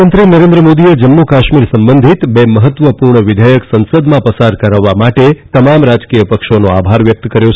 પ્રધાનમંત્રી નરેન્દ્ર મોદીએ જમ્મુ કાશ્મીર સંબંધિત બે મહત્વપૂર્ણ વિધેયક સંસદમાં પસાર કરાવવા માટે તમામ રાજકીય પક્ષોનો આભાર વ્યક્ત કર્યો છે